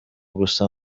gusa